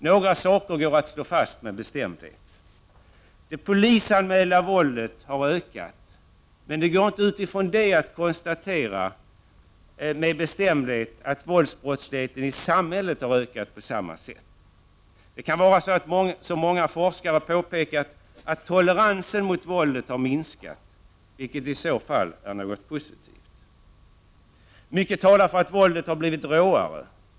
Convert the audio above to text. Några saker kan vi med bestämdhet slå fast: Det polisanmälda våldet har ökat, men man kan inte utifrån det med bestämdhet konstatera att våldsbrottsligheten i samhället har ökat på samma sätt. Det kan, som många forskare har påpekat, vara så att toleransen mot våldet har minskat, vilket i så fall är något positivt. Mycket talar för att våldet har blivit råare.